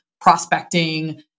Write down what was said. prospecting